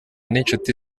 n’inshuti